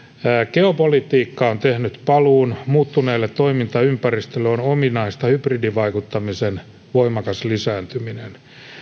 geopolitiikka on tehnyt paluun muuttuneelle toimintaympäristölle on ominaista hybridivaikuttamisen voimakas lisääntyminen